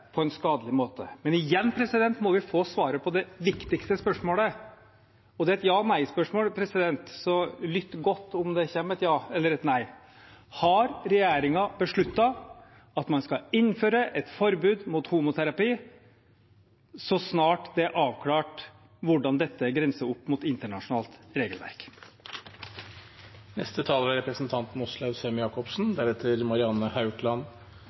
på en skadelig måte. Men igjen må vi få svaret på det viktigste spørsmålet – og det er et ja/nei-spørsmål, så lytt godt etter om det kommer et ja eller et nei: Har regjeringen besluttet at man skal innføre et forbud mot homoterapi så snart det er avklart hvordan dette grenser opp mot internasjonalt regelverk?